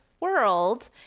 world